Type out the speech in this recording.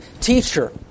teacher